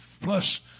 plus